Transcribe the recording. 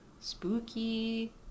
Spooky